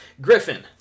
Griffin